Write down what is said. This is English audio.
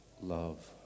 love